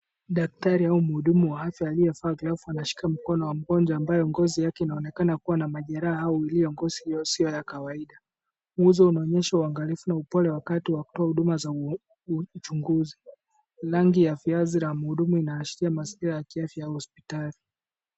Daktari au mhudumu wa afya aliyevaa glavu anashika mkono wa mgonjwa ambaye ngozi yake inaonekana kuwa na majeraha au iliyo ngozi isiyo ya kawaida. Nyuso unaonyesha uangalifu na upole wakati wa kutoa huduma za uchunguzi. Rangi ya vazi la mhudumu inaashiria mazingira ya kiafya au hospitali.